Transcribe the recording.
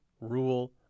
rule